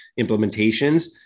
implementations